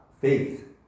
faith